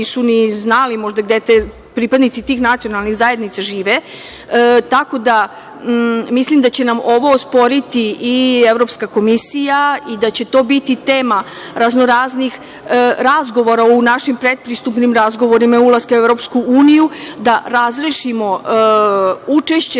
nisu ni znali možda gde pripadnici tih nacionalnih zajednica žive. Tako da, mislim da će nam ovo osporiti i Evropska komisija i da će to biti tema razno-raznih razgovora u našim pretpristupnim razgovorima ulaska u EU, da razrešimo učešće